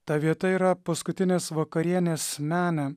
ta vieta yra paskutinės vakarienės menė